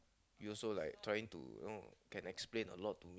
you also like trying to you know can explain a lot to